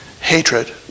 hatred